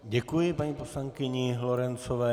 Děkuji paní poslankyni Lorencové.